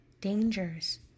dangers